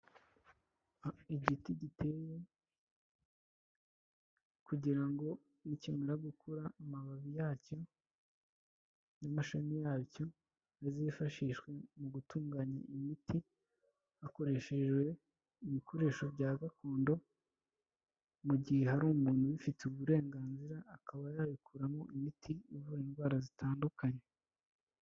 Igiti giteye kugira ngo nikimara gukura amababi yacyo n'amashami yacyo azifashishwe mu gutunganya imiti hakoreshejwe ibikoresho bya gakondo, mu gihe hari umuntu ubifitiye uburenganzira akaba yabikuramo imiti ivura indwara zitandukanye.